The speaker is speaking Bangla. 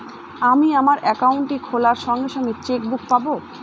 আমি আমার একাউন্টটি খোলার সঙ্গে সঙ্গে চেক বুক পাবো?